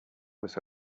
was